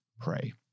pray